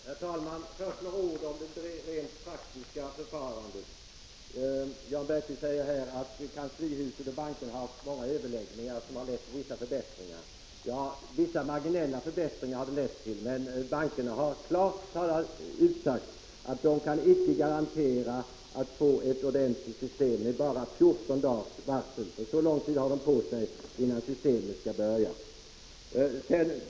Herr talman! Först några ord om det rent praktiska förfarandet. Jan Bergqvist säger att kanslihuset och bankerna har haft många överläggningar som lett till vissa förbättringar. Vissa marginella förbättringar har de lett till, men bankerna har klart utsagt att de inte kan garantera ett ordentligt system med bara två veckors varsel, för så lång tid har de på sig, innan systemet skall börja gälla.